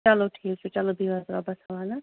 چلو ٹھیٖک چھُ چلو بیٚہو حظ رۄبس حَوال ٲں